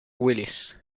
willis